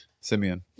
Simeon